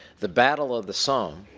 the battle of the sum